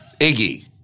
Iggy